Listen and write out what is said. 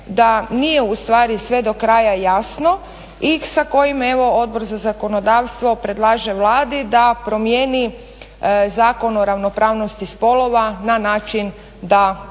da nije u stvari sve do kraja jasno i sa kojim evo Odbor za zakonodavstvo predlaže Vladi da promijeni Zakon o ravnopravnosti spolova na način da